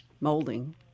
molding